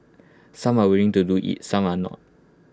some are willing to do IT some are not